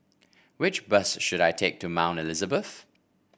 which bus should I take to Mount Elizabeth